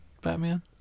Batman